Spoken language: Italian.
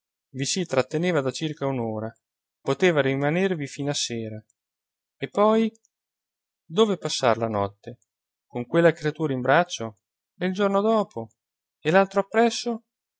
vi si tratteneva da circa un'ora poteva rimanervi fino a sera e poi dove passar la notte con quella creatura in braccio e il giorno dopo e l'altro appresso